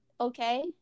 okay